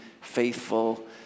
faithful